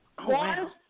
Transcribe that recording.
One